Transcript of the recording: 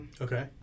Okay